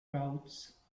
routes